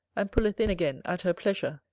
and pulleth in again at her pleasure,